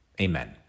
amen